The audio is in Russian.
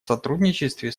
сотрудничестве